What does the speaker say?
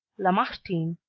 lamartine,